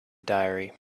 diary